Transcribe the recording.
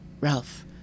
Ralph